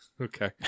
Okay